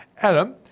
Adam